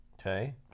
Okay